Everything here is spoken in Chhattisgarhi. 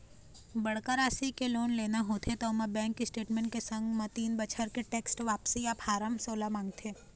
बड़का राशि के लोन लेना होथे त ओमा बेंक स्टेटमेंट के संग म तीन बछर के टेक्स वापसी या फारम सोला मांगथे